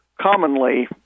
commonly